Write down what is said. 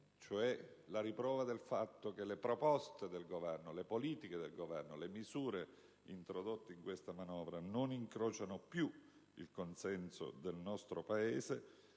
cioè la riprova del fatto che le proposte del Governo, le politiche, le misure introdotte in questa manovra non incrociano più il consenso del nostro Paese